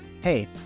hey